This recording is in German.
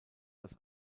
das